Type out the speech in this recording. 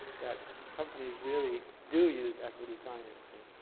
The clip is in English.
that companies really do use equity financing,